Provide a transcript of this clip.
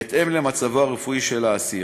בהתאם למצבו הרפואי של האסיר.